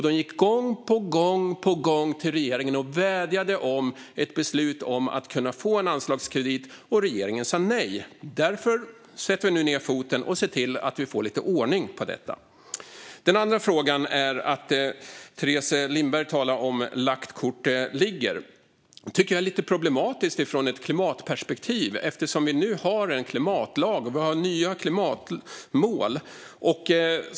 De gick gång på gång till regeringen och vädjade om ett beslut om att de skulle kunna få en anslagskredit, och regeringen sa nej. Därför sätter vi nu ned foten och ser till att vi får lite ordning på detta. Teres Lindberg talar om att lagt kort ligger. Det tycker jag är lite problematiskt från ett klimatperspektiv, eftersom vi nu har en klimatlag och nya klimatmål.